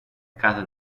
casa